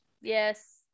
Yes